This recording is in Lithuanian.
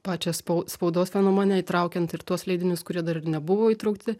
pačią spau spaudos tą nuomonę įtraukiant ir tuos leidinius kurie dar ir nebuvo įtraukti